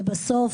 ובסוף,